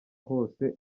hose